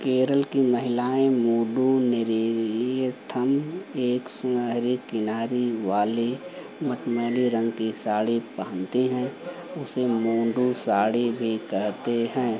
केरल की महिलाएँ मूँंडू नेरियथम एक सुनहरी किनारी वाली मटमैली रंग की साड़ी पहनती है उसे मुंडू साड़ी भी कहते हैं